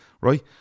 Right